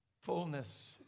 fullness